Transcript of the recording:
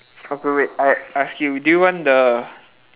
okay wait I ask you do you want the